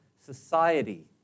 society